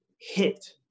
hit